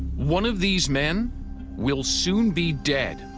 one of these men will soon be dead.